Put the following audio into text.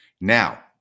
Now